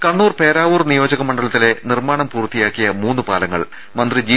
കണ്ണൂർ പേരാവൂർ നിയോജക മണ്ഡ്ലത്തിലെ നിർമ്മാണം പൂർത്തിയാ ക്കിയ മൂന്നുപാലങ്ങൾ മന്ത്രി ജി